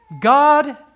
God